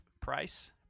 price